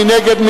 מי נגד?